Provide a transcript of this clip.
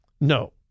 No